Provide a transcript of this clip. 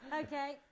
Okay